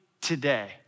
today